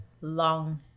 Long